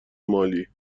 مالی